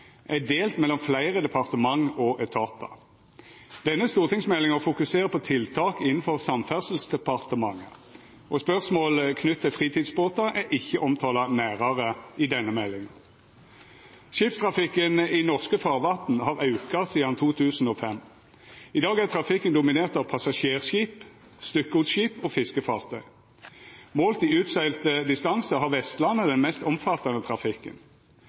er delt mellom fleire departement og etatar. Denne stortingsmeldinga fokuserer på tiltak innanfor Samferdselsdepartementet, og spørsmål knytte til fritidsbåtar er ikkje omtala nærare i denne meldinga. Skipstrafikken i norske farvatn har auka sidan 2005. I dag er trafikken dominert av passasjerskip, stykkgodsskip og fiskefartøy. Målt i utsegla distanse har Vestlandet den mest omfattande trafikken.